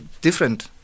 different